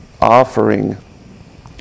offering